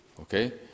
okay